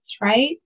right